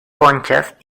conchas